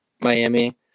Miami